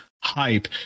hype